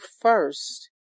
first